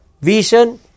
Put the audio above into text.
vision